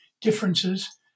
differences